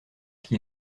qu’il